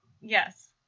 Yes